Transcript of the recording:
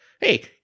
Hey